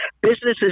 Businesses